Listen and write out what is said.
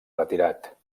retirat